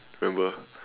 remember